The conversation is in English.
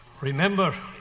remember